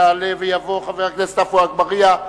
יעלה ויבוא חבר הכנסת עפו אגבאריה.